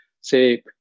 say